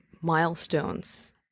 milestones